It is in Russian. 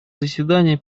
заседания